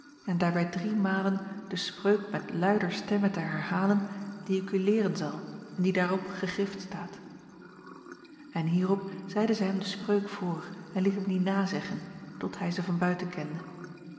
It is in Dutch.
en daarbij drie malen de spreuk met luider stemme te herhalen die ik u leeren zal en die daarop gegrifd staat n hierop zeide zij hem de spreuk voor en liet hem die nazeggen tot hij ze van buiten kende